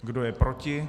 Kdo je proti?